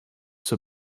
zur